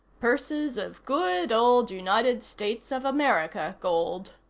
purses of good old united states of america gold.